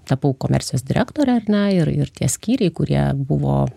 tapau komercijos direktore ar ne ir ir tie skyriai kurie buvo